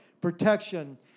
protection